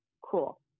Cool